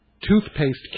toothpaste